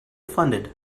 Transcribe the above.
funded